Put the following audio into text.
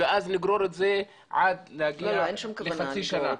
ואז לגרור את זה, להגיע לחצי שנה.